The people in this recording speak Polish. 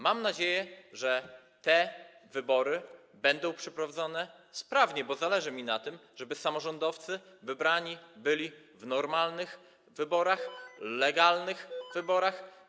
Mam nadzieję, że te wybory będą przeprowadzone sprawnie, bo zależy mi na tym, żeby samorządowcy wybrani byli w normalnych, legalnych wyborach.